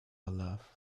love